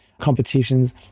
competitions